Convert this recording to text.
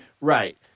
Right